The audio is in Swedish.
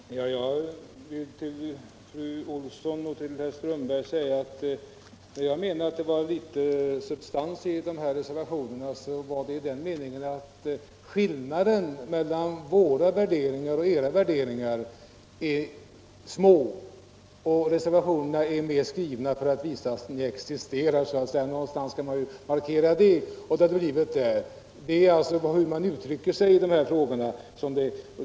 Herr talman! Jag vill säga till fru Olsson i Hölö och till herr Strömberg i Botkyrka att när jag talade om att det var litet substans i reservationerna så var det i den meningen att skillnaden mellan våra värderingar och era är liten och att reservationerna är skrivna mera för att så att säga visa att ni existerar. Någonstans skall ju det markeras, och det har blivit i de här reservationerna. Skillnaden består i hur man uttrycker sig.